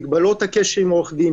מגבלות הקשר עם העורך דין,